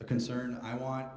the concern i want